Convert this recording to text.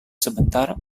sebentar